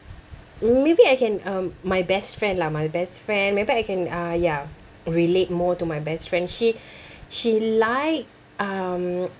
maybe I can um my best friend lah my best friend maybe I can uh ya relate more to my best friend she she likes um